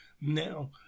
now